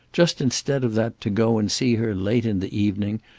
just instead of that to go and see her late in the evening,